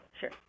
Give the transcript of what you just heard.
Sure